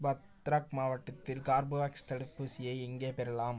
பத்ரக் மாவட்டத்தில் கார்போவேக்ஸ் தடுப்பூசியை எங்கே பெறலாம்